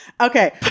okay